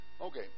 Okay